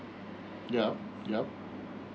yup yup